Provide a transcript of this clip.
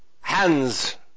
Hands